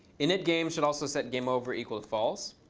initgame should also set game over equal to false.